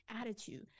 attitude